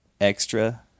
extra